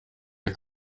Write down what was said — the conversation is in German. der